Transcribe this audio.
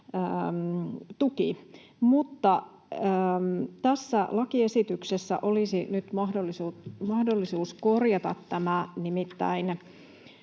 tässä lakiesityksessä olisi nyt mahdollisuus korjata tämä.